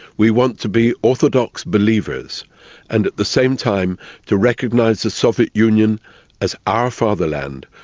we want to be orthodox believers and at the same time to recognise the soviet union as our fatherland,